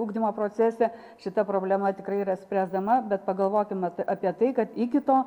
ugdymo procese šita problema tikrai yra spręsdama bet pagalvokime apie tai kad iki to